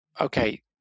okay